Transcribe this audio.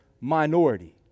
minority